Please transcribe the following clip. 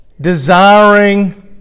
desiring